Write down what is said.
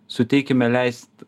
suteikime leist